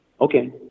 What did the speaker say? Okay